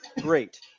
great